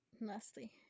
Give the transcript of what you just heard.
Nasty